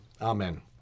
Amen